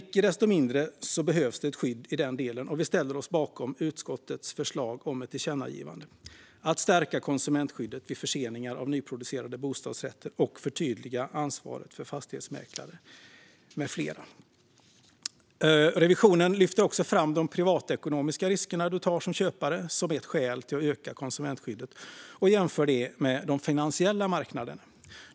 Icke desto mindre behövs ett skydd i den delen. Vi ställer oss bakom utskottets förslag om ett tillkännagivande för att stärka konsumentskyddet vid förseningar av nyproducerade bostadsrätter och förtydliga ansvaret för fastighetsmäklare med flera. Riksrevisionen lyfter också fram de privatekonomiska risker köpare tar som ett skäl för att öka konsumentskyddet och jämför med de finansiella marknaderna.